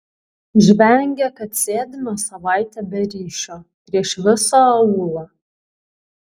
žvengia kad sėdime savaitę be ryšio prieš visą aūlą